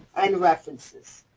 and references.